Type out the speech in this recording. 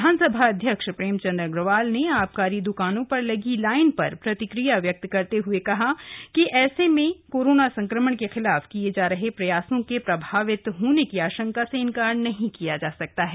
विधानसभा अध्यक्ष प्रेमचंद अग्रवाल ने आबकारी की द्वकानों पर लगी लाइन पर प्रतिक्रिया व्यक्त करते हुए आशंका व्यक्त की है कि ऐसे में कोरोना संक्रमण के खिलाफ किये जा रहे प्रयासों के प्रभावित होने की आशंका से इनकार नहीं किया जा सकता है